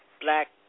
black